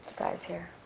guys here.